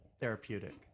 therapeutic